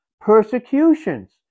Persecutions